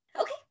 Okay